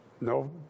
no